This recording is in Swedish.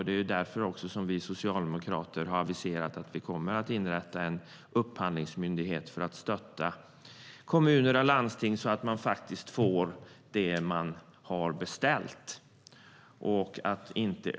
Det är därför vi socialdemokrater har aviserat att vi kommer att inrätta en upphandlingsmyndighet för att stötta kommuner och landsting så att de får det de har beställt.